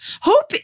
Hope